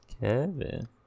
kevin